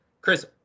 Chris